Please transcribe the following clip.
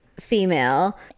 female